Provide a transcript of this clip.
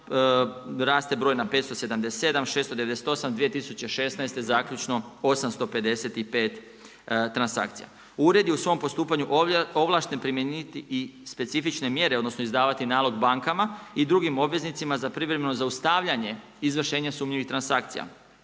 raste broj na 577, 698, 2016. zaključno 855 transakcija. Ured je u svom postupanju ovlašten primijeniti i specifične mjere odnosno izdavati nalog bankama i drugim obveznicima za privremeno zaustavljanje izvršenja sumnjivih transakcija.